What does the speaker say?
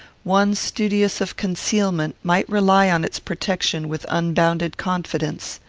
one studious of concealment might rely on its protection with unbounded confidence.